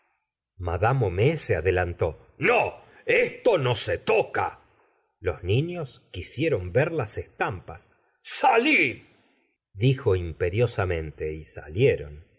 homais se adelantó no esto no se toca los niños quisieron ver las estampas salid dijo imperiosamente y salieron